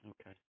Okay